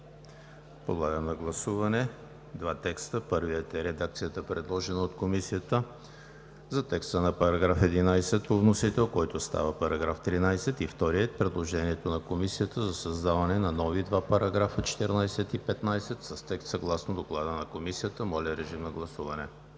Подлагам на гласуване два текста: първият е редакцията, предложена от Комисията за текста на § 11 по вносител, който става § 13; и вторият е предложението на Комисията за създаване на нови два параграфа 14 и 15 с текст съгласно Доклада на Комисията. Гласували